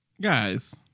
Guys